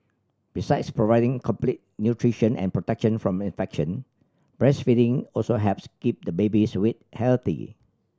besides providing complete nutrition and protection from infection breastfeeding also helps keep the baby's weight healthy